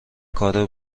کار